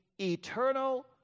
eternal